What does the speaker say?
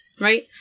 Right